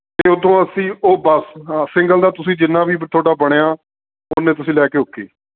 ਅਤੇ ਉੱਥੇ ਅਸੀਂ ਓ ਬਸ ਹਾਂ ਸਿੰਗਲ ਦਾ ਤੁਸੀਂ ਜਿੰਨਾ ਵੀ ਤੁਹਾਡਾ ਬਣਿਆ ਓਨੇ ਤੁਸੀਂ ਲੈ ਕੇ ਓਕੇ